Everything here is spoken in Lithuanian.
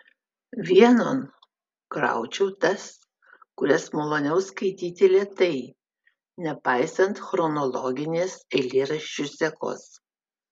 vienon kraučiau tas kurias maloniau skaityti lėtai nepaisant chronologinės eilėraščių sekos